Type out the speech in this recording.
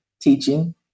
teaching